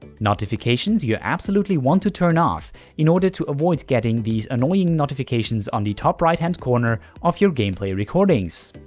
notifications you absolutely want to turn off in order to avoid getting these annoying notifications on the top right hand corner of your gameplay recordings.